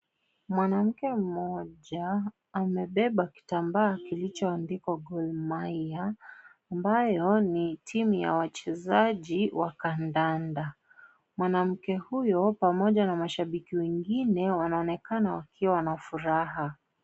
Mwanamke mmoja, amebeba kitambaa kilichotandikwa Gor Mahia, ambayo ni timu ya wachezaji wa kandanda. Mwanamke huyo, pamoja na mashabiki wengine wanaonekana wakiwa na furaha.